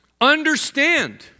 Understand